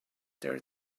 there